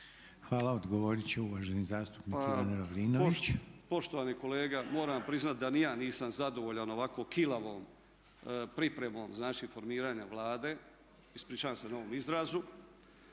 Hvala. Odgovorit će uvaženi zastupnik Ivan Lovrinović. **Lovrinović, Ivan (MOST)** Pa poštovani kolega, moram priznati da ni ja nisam zadovoljan ovako kilavom pripremom znači formiranja Vlade. Ispričavam se na ovom izrazu,